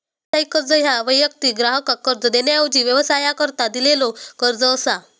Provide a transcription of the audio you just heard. व्यावसायिक कर्ज ह्या वैयक्तिक ग्राहकाक कर्ज देण्याऐवजी व्यवसायाकरता दिलेलो कर्ज असा